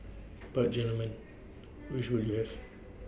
but gentlemen which would you have